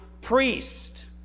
priest